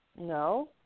No